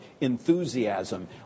enthusiasm